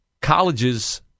college's